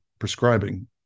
Prescribing